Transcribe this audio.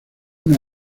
una